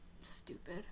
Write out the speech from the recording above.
Stupid